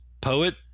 Poet